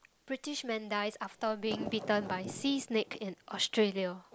British man dies after being bitten by sea snake in Australia